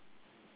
okay